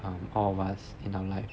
um all of us in our life